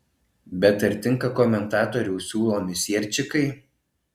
bet ar tinka komentatorių siūlomi sierčikai